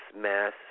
mass